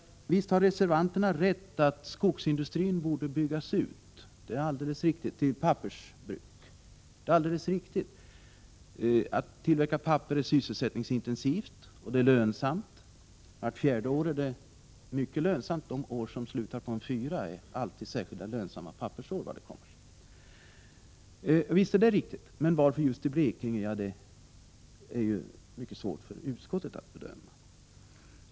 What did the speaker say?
Visst har reservanterna rätt i att skogsindustrin borde byggas ut till pappersbruk. Det är alldeles riktigt. Att tillverka papper är sysselsättningsintensivt och lönsamt. Vart fjärde år är dett.o.m. mycket lönsamt. Jag vet inte hur det kommer sig, men vart fjärde år är särskilt lönsamma pappersår. Men varför skulle ett pappersbruk byggas i just Blekinge? Det är mycket svårt för utskottet att bedöma.